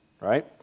right